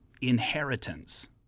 inheritance